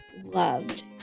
loved